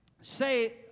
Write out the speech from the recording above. say